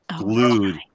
glued